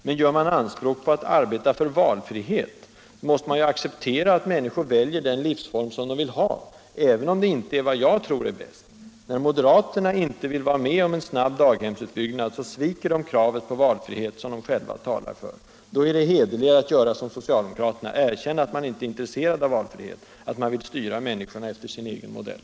Men gör man anspråk på att arbeta för valfrihet, måste man ju acceptera att människor väljer den livsform som de vill ha, även om det inte är vad man själv tror är bäst. När moderaterna inte vill vara med om en snabb daghemsutbyggnad sviker de kravet på valfrihet, som de själva talar för. Då är det hederligare att göra som socialdemokraterna och erkänna att man inte är intresserad av valfrihet, att man vill styra människorna efter sin egen modell.